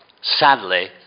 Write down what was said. Sadly